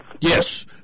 Yes